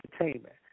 Entertainment